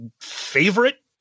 favorite